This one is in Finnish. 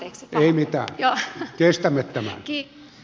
ei mitään kestämme tämän